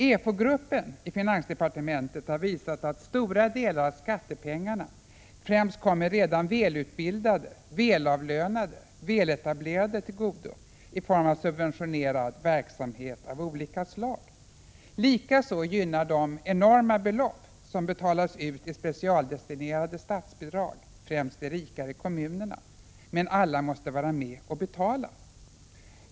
EFO-gruppen i finansdepartementet har visat att stora delar av skattepengarna främst kommer redan välutbildade, välavlönade och väletablerade till godo i form av subventionerad verksamhet av olika slag. Likaså gynnar de enorma belopp som betalas ut i specialdestinerade statsbidrag främst de rika kommunerna. Men alla måste vara med och betala.